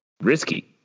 Risky